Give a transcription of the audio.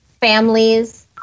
families